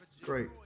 Great